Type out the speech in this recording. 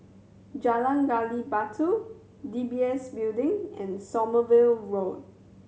Jalan Gali Batu D B S Building and Sommerville Road